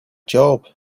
job